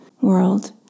world